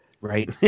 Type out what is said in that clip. Right